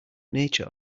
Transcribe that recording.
nature